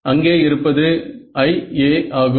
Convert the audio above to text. அங்கே இருப்பது IA ஆகும்